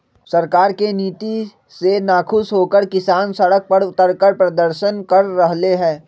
सरकार के नीति से नाखुश होकर किसान सड़क पर उतरकर प्रदर्शन कर रहले है